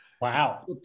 Wow